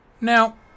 Now